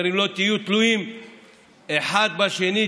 אומר: אם לא תלויים אחד בשני,